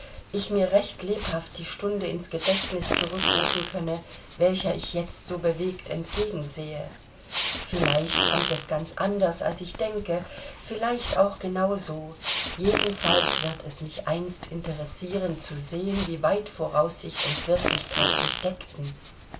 ich mir recht lebhaft die stunde ins gedächtnis zurückrufen könne welcher ich jetzt so bewegt entgegensehe vielleicht kommt es ganz anders als ich denke vielleicht auch genau so jedenfalls wird es mich einst interessiren zu sehen wie weit voraussicht und wirklichkeit sich deckten